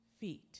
feet